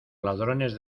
ladrones